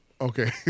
Okay